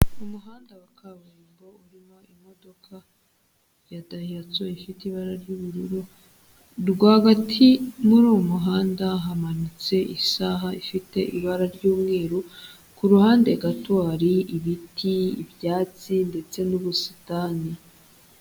Umuhanda wa kaburimbo urimo imodoka ya Dayihatso ifite ibara ry'ubururu, rwagati muri uwo muhanda hamanitse isaha ifite ibara ry'umweru, ku ruhande gato hari ibiti, ibyatsi ndetse n'ubusitani.